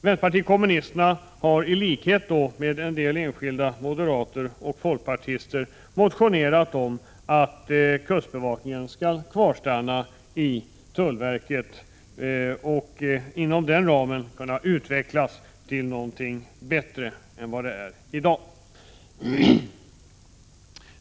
Vänsterpartiet kommunisterna har i likhet med en del enskilda moderater och folkpartister motionerat om att kustbevakningen skall kvarstanna i tullverket och inom den ramen kunna utvecklas till något bättre än vad den är i dag.